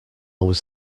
was